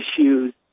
issues